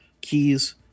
keys